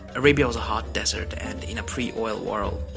arabia was a hot desert and in a pre-oil world,